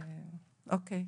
אוקיי.